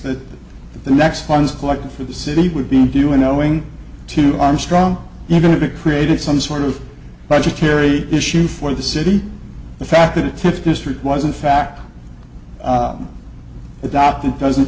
that the next funds collected for the city would be doing owing to armstrong even if it created some sort of budgetary issue for the city the fact that it's district was in fact a doctor doesn't